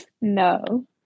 No